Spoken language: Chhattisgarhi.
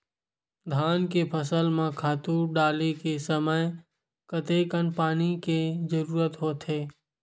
धान के फसल म खातु डाले के समय कतेकन पानी के जरूरत होथे?